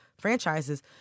franchises